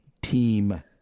Team